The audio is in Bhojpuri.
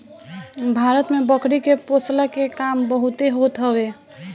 भारत में बकरी के पोषला के काम बहुते होत हवे